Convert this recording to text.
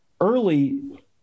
early